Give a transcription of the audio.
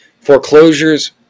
Foreclosures